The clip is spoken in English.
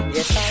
Yes